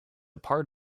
part